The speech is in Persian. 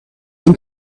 این